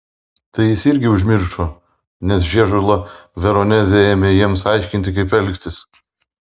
tai jis irgi užmiršo nes žiežula veronezė ėmė jiems aiškinti kaip elgtis